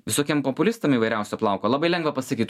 visokiem populistam įvairiausio plauko labai lengva pasakyt